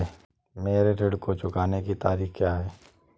मेरे ऋण को चुकाने की तारीख़ क्या है?